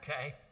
okay